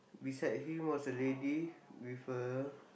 beside him was a lady with a